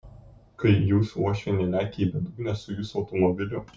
kai jūsų uošvienė lekia į bedugnę su jūsų automobiliu